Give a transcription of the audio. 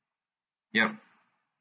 ya